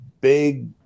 big